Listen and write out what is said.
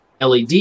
LED